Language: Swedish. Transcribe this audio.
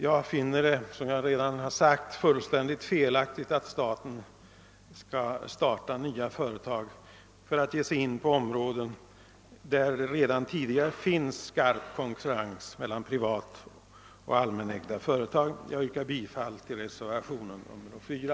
Jag finner det emellertid, såsom jag redan har sagt, fullständigt felaktigt att staten startar nya företag för att ge sig in på områden där det redan tidigare råder skarp konkurrens mellan privata och allmänägda företag. Jag yrkar bifall till reservation 4.